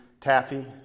taffy